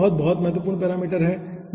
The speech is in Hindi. वे बहुत बहुत महत्वपूर्ण पैरामीटर हैं ठीक है